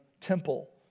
temple